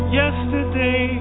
yesterday